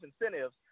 incentives